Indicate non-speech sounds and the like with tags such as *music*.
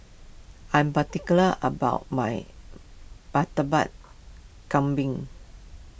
I am particular about my *unintelligible* Kambing